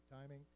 timing